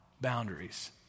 boundaries